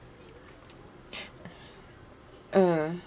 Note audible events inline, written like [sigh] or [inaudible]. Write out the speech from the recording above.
[breath] uh